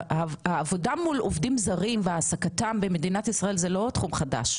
העבודה מול עובדים זרים והעסקתם במדינת ישראל הוא לא תחום חדש,